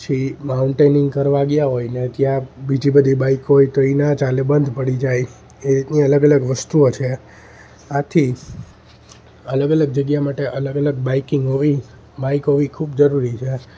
પછી માઉન્ટેનિંગ કરવા ગયા હોયને ત્યાં બીજી બધી બાઈક હોય તો એ ના ચાલે બંધ પડી જાય એ રીતની અલગ અલગ વસ્તુઓ છે આથી અલગ અલગ જગ્યા માટે અલગ અલગ બાઈકિંગ હોવી બાઈક હોવી ખૂબ જરૂરી છે